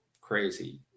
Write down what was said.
crazy